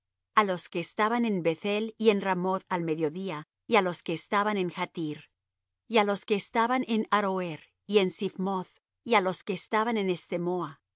a los que estaban en beth-el y en ramoth al mediodía y á los que estaban en jattir y á los que estaban en aroer y en siphmoth y á los que estaban en